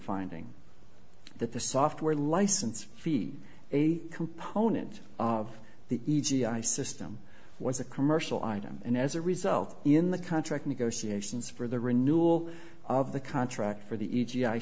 finding that the software license fee a component of the g i system was a commercial item and as a result in the contract negotiations for the renewal of the contract for the